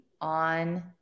on